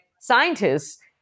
scientists